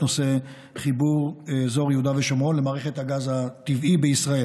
נושא חיבור אזור יהודה ושומרון למערכת הגז הטבעי בישראל,